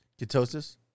Ketosis